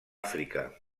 àfrica